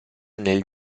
nel